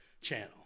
channel